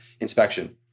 inspection